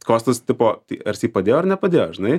kostas tipo tai ar jisai padėjo ar nepadėjo žinai